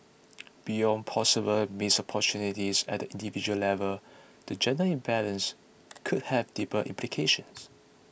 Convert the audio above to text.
beyond possible missed opportunities at the individual level the gender imbalance could have deeper implications